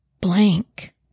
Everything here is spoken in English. blank